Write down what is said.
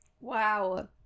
Wow